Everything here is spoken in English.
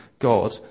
God